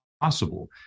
possible